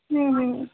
हम्म